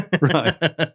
right